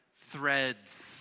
threads